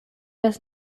das